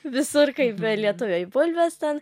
visur kaip ir lietuviai bulves ten